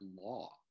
law